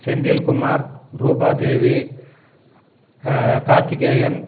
Senthilkumar Rupadevi Karthikeyan